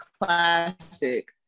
classic